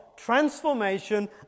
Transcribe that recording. transformation